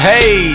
Hey